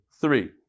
Three